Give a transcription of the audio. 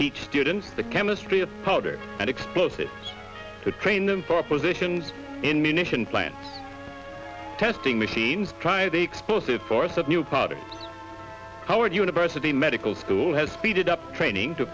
teach students the chemistry of powder and explosives to train them for positions in munition plant testing machines try the explosive force of new product howard university medical school has speeded up training to